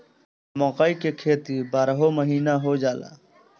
मकई के खेती भी बारहो महिना हो जाला